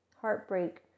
heartbreak